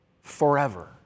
forever